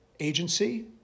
agency